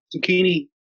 zucchini